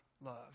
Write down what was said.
love